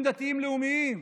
הם דתיים לאומיים.